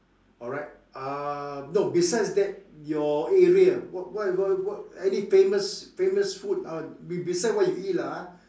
alright uh no besides that your area what what what any famous famous uh be~ beside what you eat lah ah